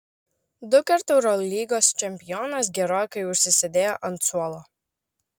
dukart eurolygos čempionas gerokai užsisėdėjo ant suolo